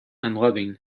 unloving